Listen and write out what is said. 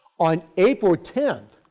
on april ten,